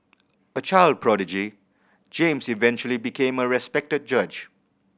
a child prodigy James eventually became a respected judge